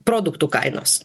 produktų kainos